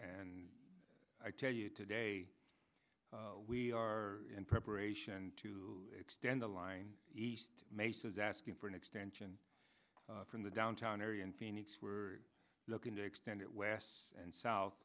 and i tell you today we are in preparation to extend the line east mesas asking for an extension from the downtown area in phoenix we're looking to extend it west and south